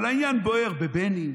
אבל העניין בוער בבני,